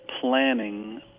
planning